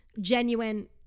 Genuine